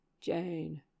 Jane